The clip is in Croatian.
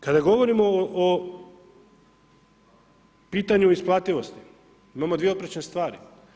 Kada govorimo o pitanju isplativosti, imamo 2 oprečne stvari.